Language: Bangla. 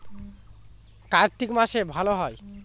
কার্তিক মাসে ভালো হয়?